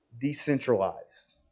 decentralized